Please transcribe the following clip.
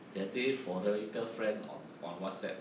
that day 我的一个 friend on on whatsapp